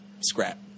scrap